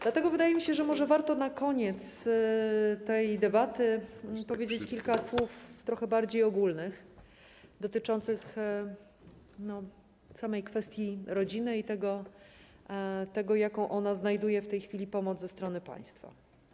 Dlatego wydaje mi się, że może warto na koniec tej debaty powiedzieć kilka słów trochę bardziej ogólnych, dotyczących samej kwestii rodziny i tego, jaką ona w tej chwili otrzymuje pomoc ze strony państwa.